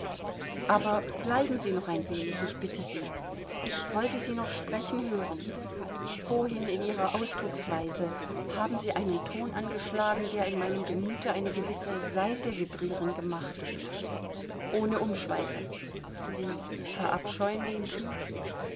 aber bleiben sie noch ein wenig ich bitte sie ich wollte sie noch sprechen hören vorhin in ihrer ausdrucksweise haben sie einen ton angeschlagen der in meinem gemüte eine gewisse saite vibrieren gemacht ohne umschweife sie verabscheuen den krieg